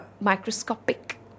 microscopic